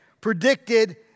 predicted